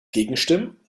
gegenstimmen